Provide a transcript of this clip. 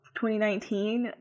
2019